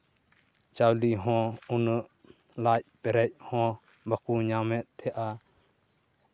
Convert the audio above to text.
ᱪᱟᱣᱞᱮ ᱦᱚᱸ ᱩᱱᱟᱹᱜ ᱞᱟᱡᱽ ᱯᱮᱨᱮᱡ ᱦᱚᱸ ᱵᱟᱠᱚ ᱧᱟᱢ ᱮᱫ ᱛᱟᱦᱮᱸᱫᱼᱟ